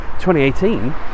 2018